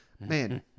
Man